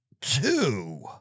two